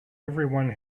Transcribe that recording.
everyone